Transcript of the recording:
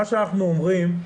מה שאנחנו אומרים,